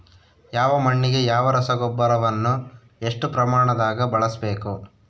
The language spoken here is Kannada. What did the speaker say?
ಯಾವ ಮಣ್ಣಿಗೆ ಯಾವ ರಸಗೊಬ್ಬರವನ್ನು ಎಷ್ಟು ಪ್ರಮಾಣದಾಗ ಬಳಸ್ಬೇಕು?